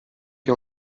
che